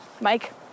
Mike